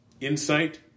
insight